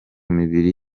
mibiri